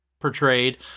portrayed